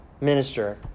minister